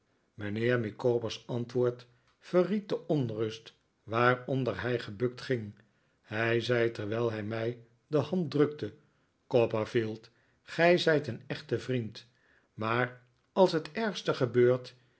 mijnheer micawber's antwoord verried de onrust waaronder hij gebukt ging hij zei terwijl hij mij de hand drukte copperfield gij zijt een echte vriend maar als het ergste gebeurt